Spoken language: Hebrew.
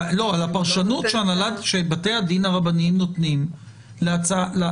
על הפרשנות שבתי הדין הרבניים נותנים לחוק,